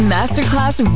Masterclass